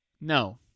No